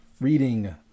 reading